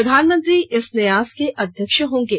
प्रधानमंत्री इस न्यास के अध्यक्ष होंगे